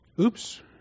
Oops